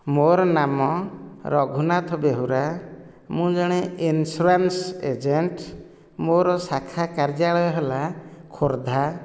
ମୋର ନାମ ରଘୁନାଥ ବେହୁରା ମୁଁ ଜଣେ ଇନ୍ସୁରାନ୍ସ ଏଜେଣ୍ଟ ମୋର ଶାଖା କାର୍ଯ୍ୟାଳୟ ହେଲା ଖୋର୍ଦ୍ଧା